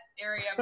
area